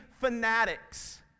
fanatics